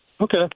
Okay